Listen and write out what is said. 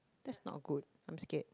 that's not good I'm scared